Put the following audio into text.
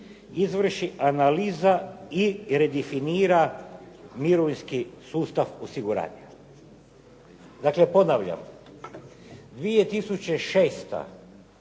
izvrši analiza i redefinira mirovinski sustav osiguranja. Dakle, ponavljam. 2006.